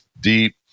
deep